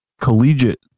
collegiate